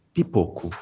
Pipoco